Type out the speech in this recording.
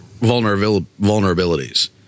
vulnerabilities